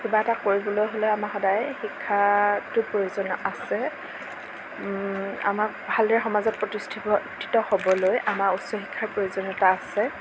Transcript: কিবা এটা কৰিবলৈ হ'লে আমাক সদায়েই শিক্ষাটো প্ৰয়োজন আছে আমাক ভালদৰে সমাজত প্ৰতিষ্ঠিত ঠিত হ'বলৈ আমাৰ উচ্চ শিক্ষাৰ প্ৰয়োজনীয়তা আছে